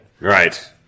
Right